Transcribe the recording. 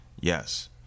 Yes